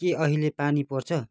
के अहिले पानी पर्छ